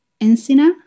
Encina